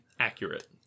Accurate